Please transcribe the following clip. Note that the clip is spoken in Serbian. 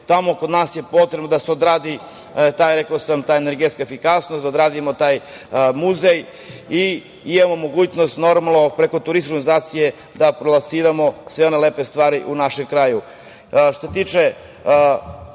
Tamo kod nas je potrebno da se odradi ta energetska efikasnost, da odradimo taj muzej i imamo mogućnost preko turističke organizacije da prelociramo sve one lepe stvari. Što se tiče